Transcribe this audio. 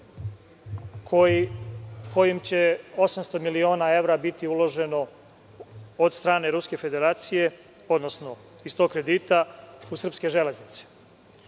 gde će 800 miliona evra biti uloženo od strane Ruske federacije, odnosno iz tog kredita u srpske železnice. Vrlo